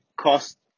cost